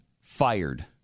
fired